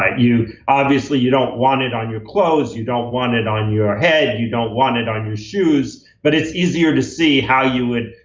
you obviously you don't want it on your clothes. you don't want it on your head. you don't want it on your shoes. but it's easier to see how you would,